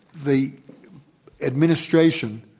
the administration,